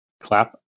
clap